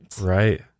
Right